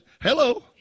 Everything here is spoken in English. Hello